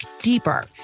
deeper